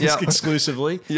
exclusively